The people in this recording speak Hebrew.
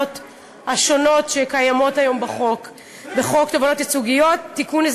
השונות שקיימות היום בחוק תובענות ייצוגיות (תיקון,